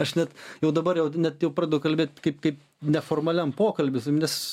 aš net jau dabar jau net jau pradedu kalbėt kaip kaip neformaliam pokalby nes